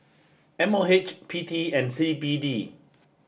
M O H P T and C B D